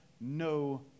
no